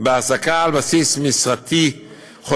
בהעסקה על בסיס משרתי-חודשי.